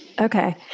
Okay